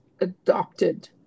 adopted